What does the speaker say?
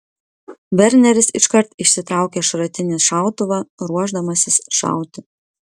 verneris iškart išsitraukia šratinį šautuvą ruošdamasis šauti